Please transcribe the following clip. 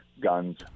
guns